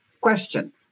question